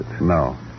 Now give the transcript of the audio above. No